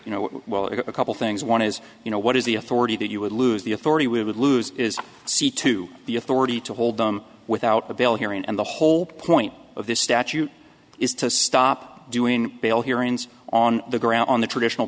you know well a couple things one is you know what is the authority that you would lose the authority would lose see to the authority to hold them without bail hearing and the whole point of this statute is to stop doing bail hearings on the ground on the traditional